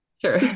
Sure